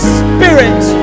spirit